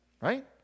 right